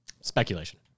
speculation